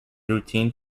routine